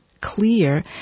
clear